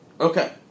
Okay